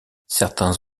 certains